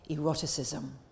eroticism